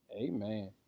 amen